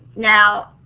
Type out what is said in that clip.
now,